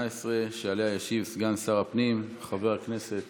18, שעליה ישיב סגן שר הפנים חבר הכנסת